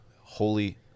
Holy